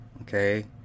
Okay